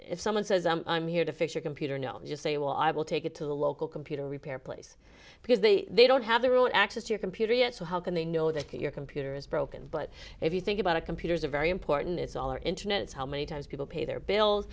if someone says i'm here to fix your computer no just say well i will take it to the local computer repair place because they they don't have their own access to your computer yet so how can they know that your computer is broken but if you think about it computers are very important it's all or internet it's how many times people pay their bills